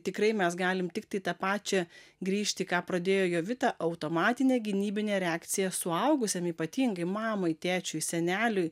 tikrai mes galim tiktai tą pačią grįžti ką pradėjo jovita automatinė gynybinė reakcija suaugusiam ypatingai mamai tėčiui seneliui